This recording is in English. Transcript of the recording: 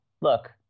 look